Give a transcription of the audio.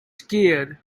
scared